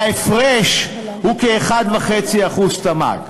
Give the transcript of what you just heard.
ההפרש הוא כ-1.5% תמ"ג.